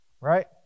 right